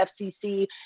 FCC